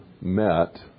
met